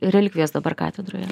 relikvijos dabar katedroje